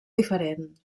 diferent